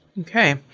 Okay